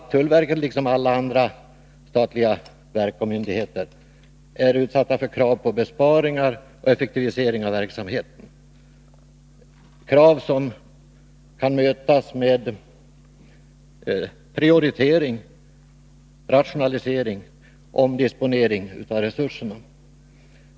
Tullverket är liksom alla andra statliga verk och myndigheter utsatt för krav på besparingar och effektivisering av verksamheten, krav som kan mötas med prioritering, rationalisering och omdisponering av resurserna.